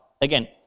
Again